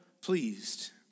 pleased